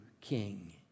king